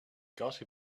gotta